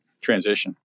transition